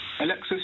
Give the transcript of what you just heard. Alexis